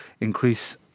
increase